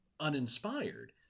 uninspired